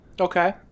Okay